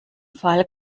fall